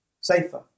safer